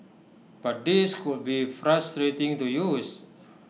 but these could be frustrating to use